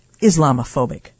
Islamophobic